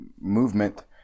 movement